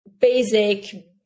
basic